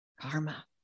Karma